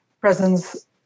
presence